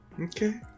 Okay